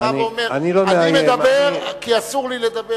בא ואומר: אני מדבר כי אסור לי לדבר?